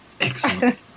Excellent